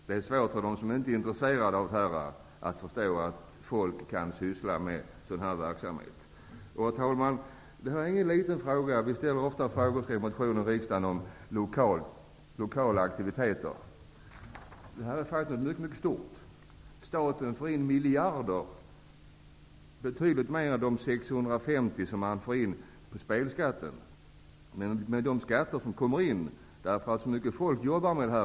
Det är svårt för dem som inte är intresserade av detta att förstå att människor kan syssla med en sådan verksamhet. Herr talman! Detta är ingen liten fråga. Vi ställer ofta frågor och väcker motioner i riksdagen om lokala aktiviteter. Men detta är faktiskt något mycket stort. Staten får in miljarder, alltså betydligt mer än de 650 000 kr som man får in på spelskatten, i och med de skatter som kommer in på grund av att så många människor arbetar med detta.